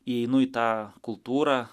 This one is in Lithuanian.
įeinu į tą kultūrą